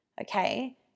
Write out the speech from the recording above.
Okay